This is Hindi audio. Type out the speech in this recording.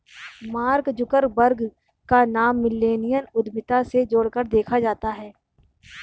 मार्क जुकरबर्ग का नाम मिल्लेनियल उद्यमिता से जोड़कर देखा जाता है